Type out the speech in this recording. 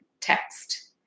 text